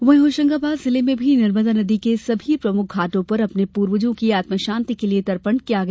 वहीं होशंगाबाद जिले में भी नर्मदा नदी के सभी प्रमुख घांटो पर अपने पूर्वजों की आत्मशांति के लिये तर्पण किया गया